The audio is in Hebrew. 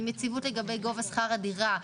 עם יציבות לגבי גובה שכר הדירה.